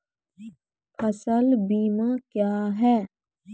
फसल बीमा क्या हैं?